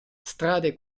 strade